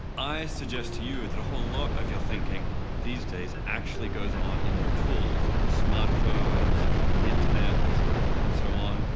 i suggest to you that a whole lot of your thinking these days actually goes on in your tools, your smartphones, the internet and so on.